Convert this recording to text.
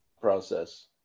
process